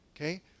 okay